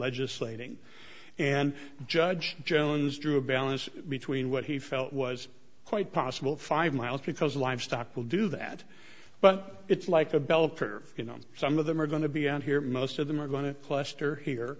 legislating and judge jones drew a balance between what he felt was quite possible five miles because livestock will do that but it's like a bell curve going on some of them are going to be out here most of them are going to cluster here